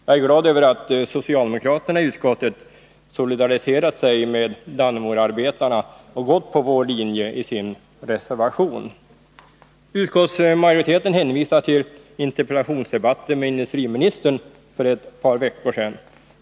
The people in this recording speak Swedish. Jag är glad över att socialdemokraterna i utskottet solidariserat sig med Dannemoraarbetarna och gått på vår linje i sin reservation. Utskottsmajoriteten hänvisar till interpellationsdebatten med industriministern för ett par veckor sedan.